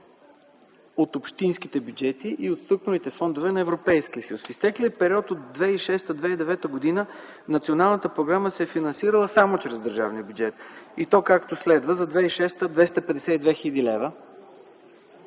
от общинските бюджети и от структурните фондове на Европейския съюз. В изтеклия период от 2006-2009 г. националната програма се е финансирала само чрез държавния бюджет, и то, както следва: за 2006 г. – 252 хил.